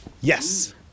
Yes